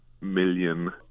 million